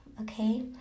Okay